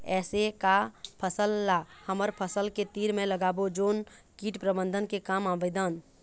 ऐसे का फसल ला हमर फसल के तीर मे लगाबो जोन कीट प्रबंधन के काम आवेदन?